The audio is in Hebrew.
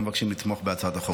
ומבקשים לתמוך בהצעת החוק.